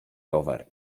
rower